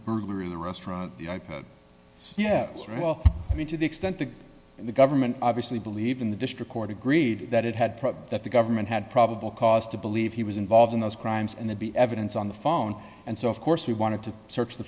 burglary in the restaurant so yeah well i mean to the extent that the government obviously believe in the district court agreed that it had that the government had probable cause to believe he was involved in those crimes and they'd be evidence on the phone and so of course he wanted to search the